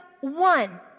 one